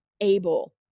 able